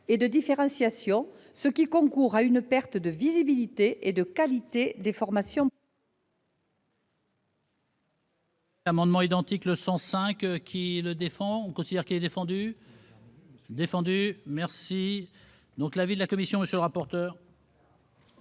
et de différenciation, ce qui concourt à une perte de visibilité et de qualité des formations